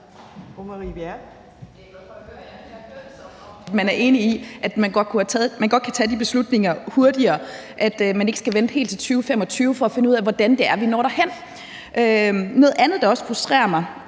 man er enig i, at vi godt kan tage de her beslutninger hurtigere, og at vi ikke skal vente helt til 2025 for at finde ud af, hvordan vi når derhen. Noget andet, der også frustrerer mig,